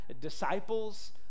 disciples